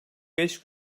beş